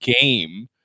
game